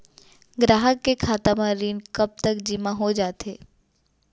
ग्राहक के खाता म ऋण कब तक जेमा हो जाथे?